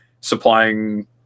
supplying